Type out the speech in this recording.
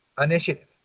initiative